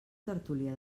tertúlia